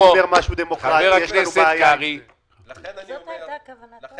יש לי כלל חדש בחיים: כל עוד מתחילים להפריע לי